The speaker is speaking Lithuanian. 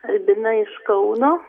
albina iš kauno